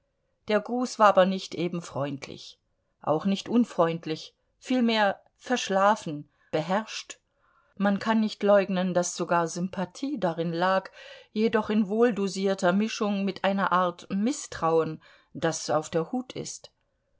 der gruß war aber nicht eben freundlich auch nicht unfreundlich vielmehr verschlafen beherrscht man kann nicht leugnen daß sogar sympathie darin lag jedoch in wohldosierter mischung mit einer art mißtrauen das auf der hut ist